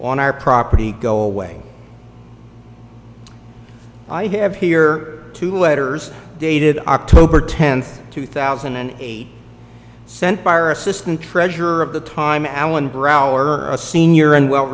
on our property go away i have here two letters dated october tenth two thousand and eight sent by our assistant treasurer of the time allan brower a senior and well